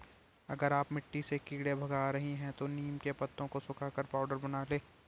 अगर आप मिट्टी से कीड़े भगा रही हैं तो नीम के पत्तों को सुखाकर पाउडर बना लें